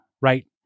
right